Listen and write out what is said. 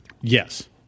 yes